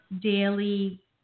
daily